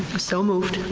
so moved.